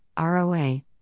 ROA